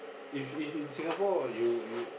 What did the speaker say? if if in Singapore you you